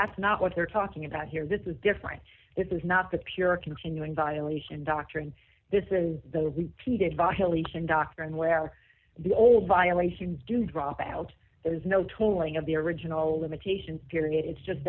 that's not what they're talking about here this is different this is not the pure continuing violation doctrine this is the repeated violation doctrine where the old violations do drop out there is no tolling of the original limitations period it's just